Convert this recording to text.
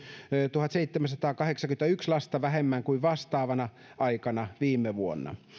tuhatseitsemänsataakahdeksankymmentäyksi lasta vähemmän kuin vastaavana aikana viime vuonna